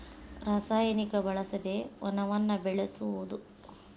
ರಸಾಯನಿಕ ಬಳಸದೆ ವನವನ್ನ ಬೆಳಸುದು